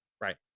Right